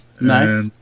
Nice